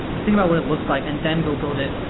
let's think about what it looks like, and then go build it.